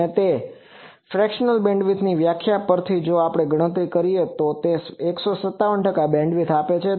અને તે ફ્રેક્ષણલ બેન્ડવિડ્થની વ્યાખ્યા પર થી જો આપણે ગણતરી કરીએ તો તે 157 ટકા બેન્ડવિડ્થ આપે છે